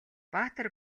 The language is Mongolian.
баатар